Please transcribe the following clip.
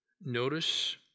Notice